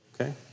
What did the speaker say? okay